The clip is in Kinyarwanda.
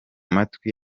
matwi